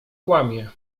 kłamie